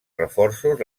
reforços